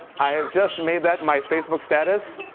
i have just and made that my facebook status.